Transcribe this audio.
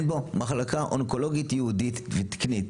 בו מחלקה אונקולוגיות ייעודית ותקנית.